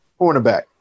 cornerback